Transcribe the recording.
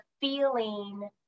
feeling